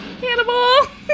cannibal